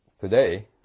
today